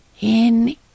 In